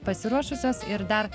pasiruošusios ir dar